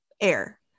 air